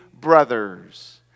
brothers